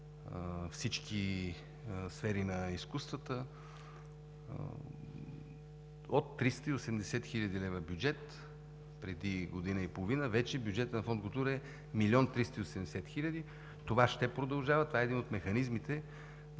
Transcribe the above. всички сфери на изкуствата. От 380 хил. лв. бюджет преди година и половина, бюджетът на Фонд „Култура“ вече е 1 млн. 380 хил. лв. Това ще продължава. Това е един от механизмите